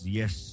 yes